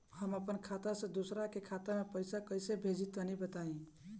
हम आपन खाता से दोसरा के खाता मे पईसा कइसे भेजि तनि बताईं?